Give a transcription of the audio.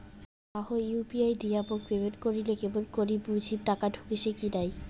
কাহো ইউ.পি.আই দিয়া মোক পেমেন্ট করিলে কেমন করি বুঝিম টাকা ঢুকিসে কি নাই?